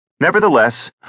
Nevertheless